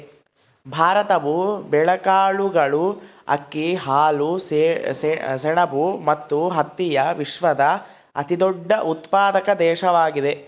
ಭಾರತವು ಬೇಳೆಕಾಳುಗಳು, ಅಕ್ಕಿ, ಹಾಲು, ಸೆಣಬು ಮತ್ತು ಹತ್ತಿಯ ವಿಶ್ವದ ಅತಿದೊಡ್ಡ ಉತ್ಪಾದಕ ದೇಶವಾಗಿದೆ